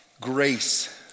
grace